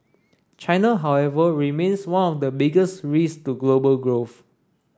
China however remains one of the biggest risks to global growth